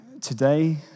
today